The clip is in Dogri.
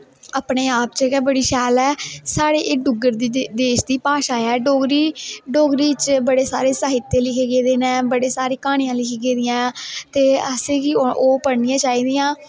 अपने आप च गै बड़ी शैल ऐ एह् साढ़े डुग्गर देश दी भाशा ऐ डोगरी डोगरी च बड़े सारे साहित्य़ लिखे गेदे न बड़े सारियां क्हानियां लिखियां गेदियां न ते असें गी ओह् पढ़नियां चाही दियां